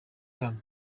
hano